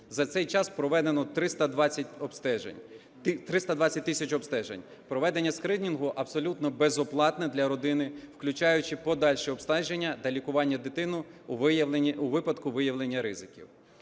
За цей час проведено 320 тисяч обстежень. Проведення скринінгу абсолютно безоплатне для родини, включаючи подальше обстеження та лікування дитини у випадку виявлення ризиків.